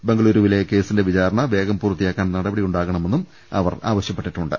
ബംഗളൂരുവിലെ കേസിന്റെ വിചാരണ വേഗം പൂർത്തിയാക്കാൻ നടപടി ഉണ്ടാകണമെന്നും അവർ ആവശ്യ പ്പെട്ടിട്ടുണ്ട്